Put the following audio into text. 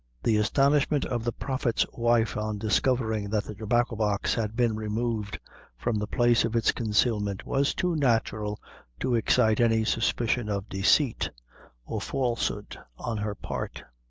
the astonishment of the prophet's wife on discovering that the tobacco-box had been removed from the place of its concealment was too natural to excite any suspicion of deceit or falsehood on her part,